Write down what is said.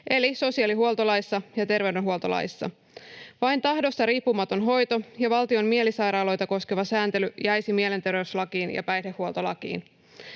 eli sosiaalihuoltolaissa ja terveydenhuoltolaissa. Vain tahdosta riippumaton hoito ja valtion mielisairaaloita koskeva sääntely jäisivät mielenterveyslakiin ja päihdehuoltolakiin.